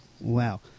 Wow